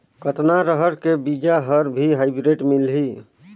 कतना रहर के बीजा हर भी हाईब्रिड मिलही?